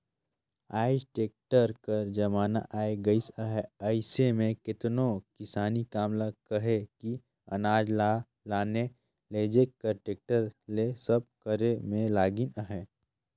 आएज टेक्टर कर जमाना आए गइस अहे अइसे में केतनो किसानी काम ल कहे कि अनाज ल लाने लेइजे कर टेक्टर ले सब करे में लगिन अहें